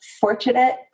fortunate